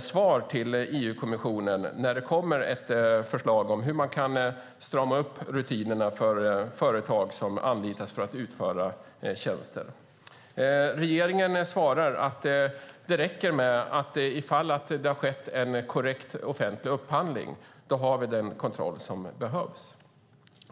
svar till EU-kommissionen när det kom ett förslag om hur man kan strama upp rutinerna för företag som anlitas för att utföra tjänster. Regeringen svarar att om det har skett en korrekt offentlig upphandling har vi den kontroll som behövs.